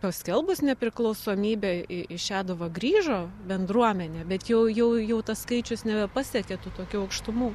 paskelbus nepriklausomybę į į šeduvą grįžo bendruomenė bet jau jau jau tas skaičius nebepasiekė tų tokių aukštumų